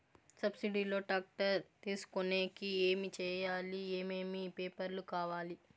Subsidy లో tractor తీసుకొనేకి ఏమి చేయాలి? ఏమేమి పేపర్లు కావాలి?